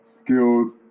skills